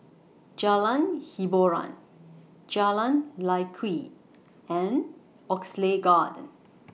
Jalan Hiboran Jalan Lye Kwee and Oxley Garden